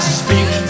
speak